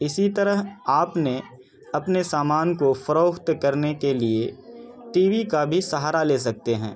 اسی طرح آپ نے اپنے سامان کو فروخت کرنے کے لیے ٹی وی کا بھی سہارا لے سکتے ہیں